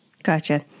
Gotcha